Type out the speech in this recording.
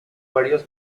varios